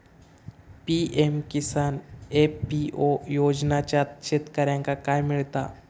PM Kisan FPO योजनाच्यात शेतकऱ्यांका काय मिळता?